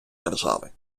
держави